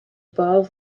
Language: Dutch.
bouw